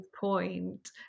point